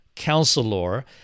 counselor